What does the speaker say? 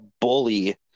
bully